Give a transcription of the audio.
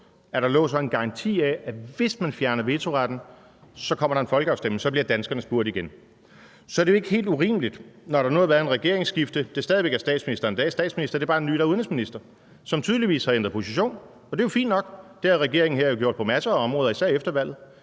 at der lå sådan en garanti for, at hvis man fjerner vetoretten, kommer der en folkeafstemning, og så bliver danskerne spurgt igen. Så er det jo ikke helt urimeligt, når der nu har været et regeringsskifte. Det er stadig væk statsministeren, der er statsminister. Det er bare en ny, der er udenrigsminister, og som tydeligvis har ændret position. Og det er jo fint nok. Det har regeringen her jo gjort på masser af områder, især efter valget.